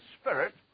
spirit